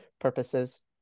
purposes